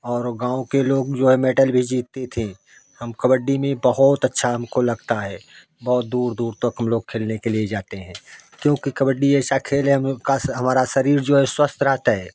और गाँव के लोग जो है मैटल भी जीतती थीं हम कबड्डी में बहुत अच्छा हमको लगता है बहुत दूर दूर तक हम लोग खेलने के लिए जाते हैं क्योंकि कबड्डी ऐसा खेल है हम लोग का हमारा शरीर जो है स्वस्थ रहता है